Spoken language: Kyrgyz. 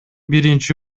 биринчи